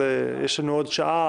אז יש לנו עוד שעה,